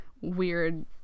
weird